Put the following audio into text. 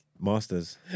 Masters